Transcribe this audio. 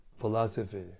philosophy